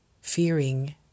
fearing